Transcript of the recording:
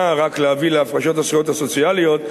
רק להביא להפרשת הזכויות הסוציאליות,